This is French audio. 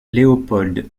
léopold